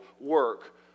work